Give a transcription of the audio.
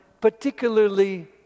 particularly